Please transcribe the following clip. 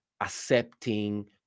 accepting